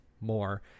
more